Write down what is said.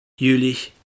Jülich